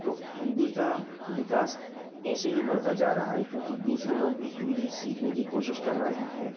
तो हिंदी का विकास ऐसे ही बढ़ता जा रहा है क्योंकि दूसरे लोग भी हिंदी सीखने की कोशिश कर रहे हैं